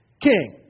king